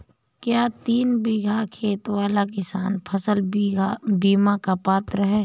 क्या तीन बीघा खेत वाला किसान फसल बीमा का पात्र हैं?